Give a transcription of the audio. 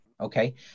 Okay